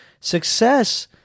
success